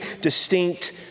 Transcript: distinct